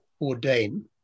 ordain